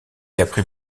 apprit